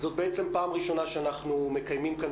זאת בעצם פעם ראשונה שאנחנו מקיימים כאן